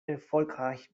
erfolgreich